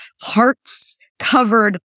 hearts-covered